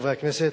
חברי הכנסת,